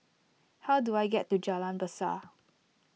how do I get to Jalan Besar